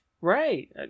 Right